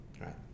right